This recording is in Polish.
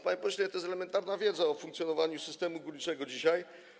Panie pośle, to jest elementarna wiedza o funkcjonowaniu systemu górniczego dzisiaj.